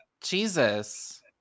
Jesus